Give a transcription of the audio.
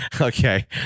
Okay